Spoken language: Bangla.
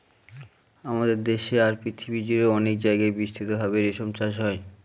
আমাদের দেশে আর পৃথিবী জুড়ে অনেক জায়গায় বিস্তৃত ভাবে রেশম চাষ হয়